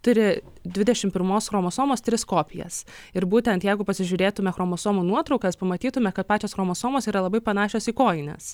turi dvidešim pirmos chromosomos tris kopijas ir būtent jeigu pasižiūrėtume chromosomų nuotraukas pamatytume kad pačios chromosomos yra labai panašios į kojines